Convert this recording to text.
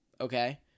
Okay